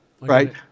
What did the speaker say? Right